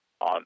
on